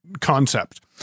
concept